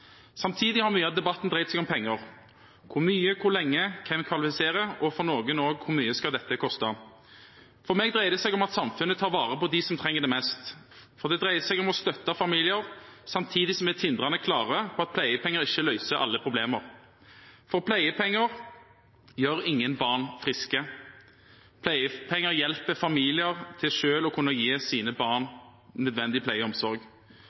Samtidig har mye av debatten dreid seg om penger – hvor mye, hvor lenge, hvem som kvalifiserer, og for noen også hvor mye dette skal koste. For meg dreier det seg om at samfunnet tar vare på dem som trenger det mest. Det dreier seg om å støtte familier, samtidig som vi er tindrende klar på at pleiepenger ikke løser alle problemer, for pleiepenger gjør ingen barn friske, pleiepenger hjelper familier til selv å kunne gi sine barn nødvendig pleie og omsorg.